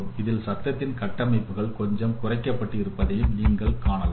இதில் சத்தத்தின் கட்டமைப்புகள் கொஞ்சம் குறைக்கப்பட்டு இருப்பதை நீங்கள் காணலாம்